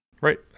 Right